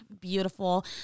beautiful